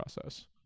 process